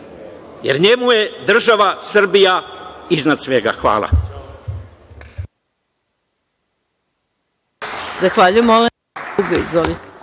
jer njemu je država Srbija iznad svega. Hvala.